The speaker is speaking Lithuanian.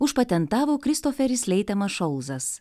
užpatentavo kristoferis leitemas šolzas